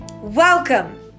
welcome